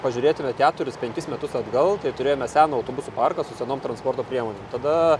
pažiūrėtume keturis penkis metus atgal tai turėjome seną autobusų parką su senom transporto priemonėm tada